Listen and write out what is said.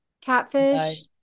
catfish